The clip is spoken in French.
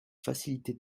facilités